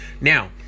Now